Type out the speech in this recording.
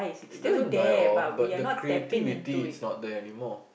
it doesn't die off but the creativity is not there anymore